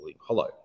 hollow